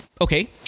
okay